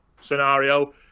scenario